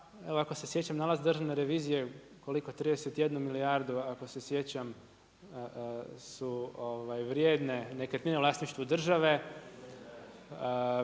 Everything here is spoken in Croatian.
ako se sjećam, nalaz Državne revizije, koliko 31 milijardu, ako se sjećam su vrijedne nekretnine u vlasništvu državu.